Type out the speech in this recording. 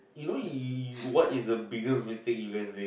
you know you what is the biggest mistake U_S did